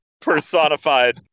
personified